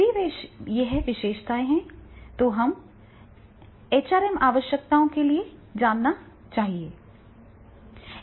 यदि यह विशेषता है तो हमें एचआरएम आवश्यकताओं के लिए जाना चाहिए